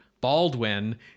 Baldwin